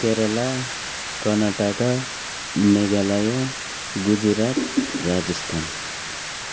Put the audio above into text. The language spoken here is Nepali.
केरल कर्नाटका मेघालय गुजरात राजस्थान